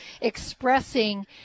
expressing